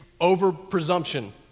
over-presumption